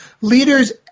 Leaders